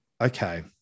okay